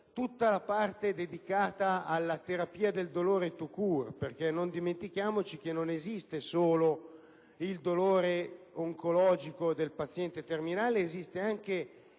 tutta la parte dedicata alla terapia del dolore *tout court*. Non dimentichiamoci, infatti, che non esiste solo il dolore oncologico del paziente terminale, ma esiste anche